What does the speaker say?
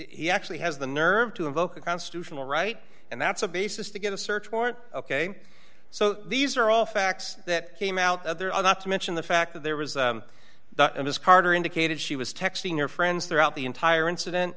he actually has the nerve to invoke a constitutional right and that's a basis to get a search warrant ok so these are all facts that came out other are not to mention the fact that there was the ms carter indicated she was texting her friends throughout the entire incident